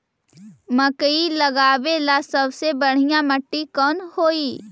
मकई लगावेला सबसे बढ़िया मिट्टी कौन हैइ?